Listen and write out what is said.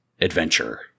adventure